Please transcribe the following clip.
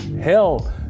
Hell